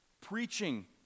Preaching